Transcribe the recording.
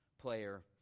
player